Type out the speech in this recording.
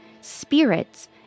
spirits